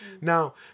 now